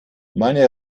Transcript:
meine